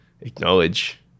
acknowledge